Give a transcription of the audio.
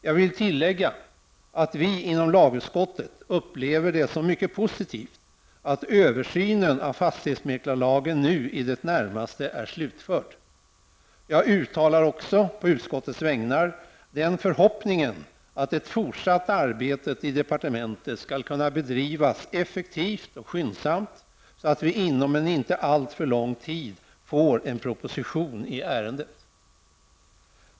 Jag vill tillägga att vi inom lagutskottet upplever det som mycket positivt att översynen av fastighetsmäklarlagen nu i det närmaste är slutförd. Jag uttalar också, på utskottets vägnar, den förhoppningen att det fortsatta arbetet i departementet skall kunna bedrivas effektivt och skyndsamt, så att vi inom en inte alltför lång tid får en proposition i ärendet.